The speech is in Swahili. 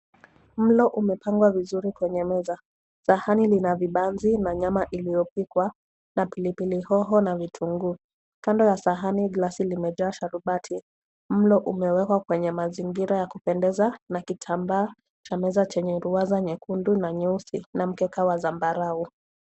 Mlo umepangwa vizuri kwenye meza. Sahani lina vibanzi na nyama iliyopikwa, na pilipili hoho na vitunguu. Kando ya sahani glasi limejaa sharubati. Mlo umewekwa kwenye mazingira ya kupendeza, na kitambaa cha meza chenye ruwaza nyekundu na nyeusi, na mkeka wa zambarau.